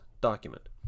document